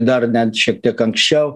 dar net šiek tiek anksčiau